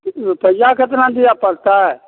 रुपैआ केतना दिअ पड़तै